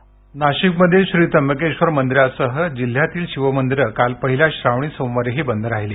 ध्वनी नाशिकमधील श्री त्र्यंबकेश्वर मंदिरांसह जिल्ह्यातील शिवमंदिरे काल पहिल्या श्रावणी सोमवारीही बंद राहिली